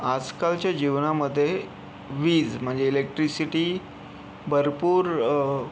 आजकालच्या जीवनामध्ये वीज म्हणजे इलेक्ट्रिसिटी भरपूर